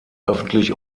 öffentlich